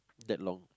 that long